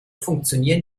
funktionieren